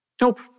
Nope